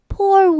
Poor